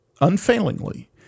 unfailingly